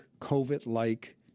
COVID-like